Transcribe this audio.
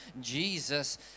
Jesus